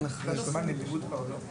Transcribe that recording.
החינוך.